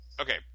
okay